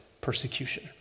persecution